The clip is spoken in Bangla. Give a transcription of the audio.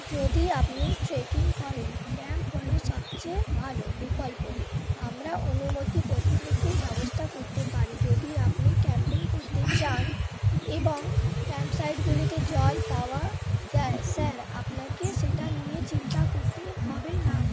যদি আপনি ট্রেকিং করেন ক্যাম্প হলো সবচেয়ে ভালো বিকল্প আমরা অনুমতিপত্রের ব্যবস্থা করতে পারি যদি আপনি ক্যাম্পিং করতে চান এবং ক্যাম্পসাইটগুলিতে জল পাওয়া যায় স্যার আপনাকে সেটা নিয়ে চিন্তা করতে হবে না